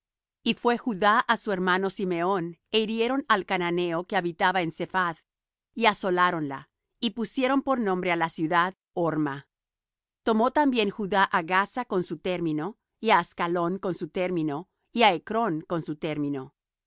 y fué judá á su hermano simeón é hirieron al cananeo que habitaba en sephath y asoláronla y pusieron por nombre á la ciudad horma tomó también judá á gaza con su término y á ascalón con su término y á ecrón con su término